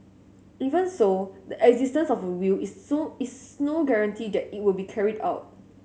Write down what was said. even so the existence of a will is so is no guarantee that it will be carried out